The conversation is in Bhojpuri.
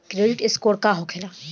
क्रेडिट स्कोर का होखेला?